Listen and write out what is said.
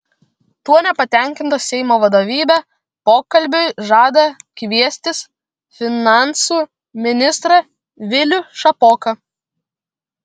tuo nepatenkinta seimo vadovybė pokalbiui žada kviestis finansų ministrą vilių šapoką